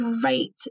great